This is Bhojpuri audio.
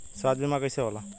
स्वास्थ्य बीमा कईसे होला?